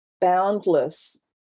boundless